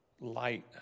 light